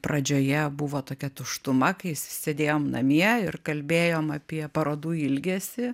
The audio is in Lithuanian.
pradžioje buvo tokia tuštuma kai sėdėjom namie ir kalbėjom apie parodų ilgesį